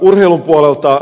urheilun puolelta